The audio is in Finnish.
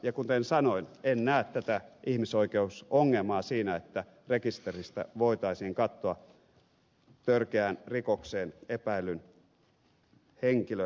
ja kuten sanoin en näe ihmisoikeusongelmaa siinä että rekisteristä voitaisiin katsoa törkeästä rikoksesta epäillyn henkilön henkilöllisyys